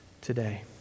today